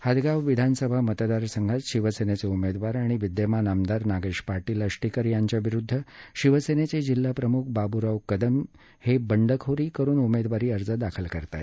हदगाव विधानसभा मतदार संघात शिवसेनेचे उमेदवार आणि विद्यमान आमदार नागेश पाटील आष्टीकर यांच्या विरूध्द शिवसेनेचे जिल्हाप्रमुख बाब्राव कदम हे बंडखोरी करून उमेदवारी अर्ज दाखल करीत आहेत